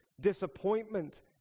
disappointment